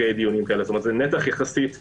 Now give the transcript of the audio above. זה נתח יחסית נכבד.